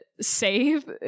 save